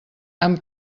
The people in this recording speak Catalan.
amb